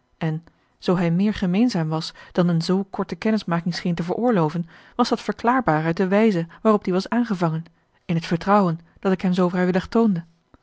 en zoo hij meer gemeenzaam was dan eene zoo korte kennismaking scheen te veroorloven was dat verklaarbaar uit de wijze waarop die was aangevangen in het vertrouwen dat ik hem zoo vrijwillig toonde